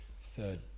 third